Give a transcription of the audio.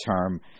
term